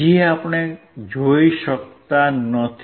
હજી આપણે જોઈ શકતા નથી